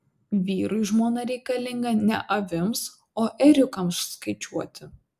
vyrui žmona reikalinga ne avims o ėriukams skaičiuoti